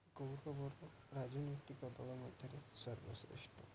ଗୌରବ ଆଉ ରାଜନୈତିକ ଦଳ ମଧ୍ୟରେ ସର୍ବଶ୍ରେଷ୍ଠ